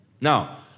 Now